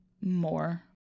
more